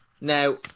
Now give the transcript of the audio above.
now